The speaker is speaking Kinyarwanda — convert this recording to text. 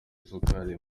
isukari